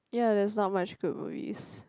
ya there's not much good movies